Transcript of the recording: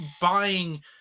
buying